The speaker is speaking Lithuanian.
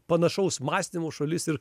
panašaus mąstymo šalis ir